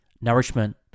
nourishment